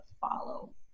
follow